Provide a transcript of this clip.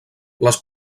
les